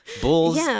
Bulls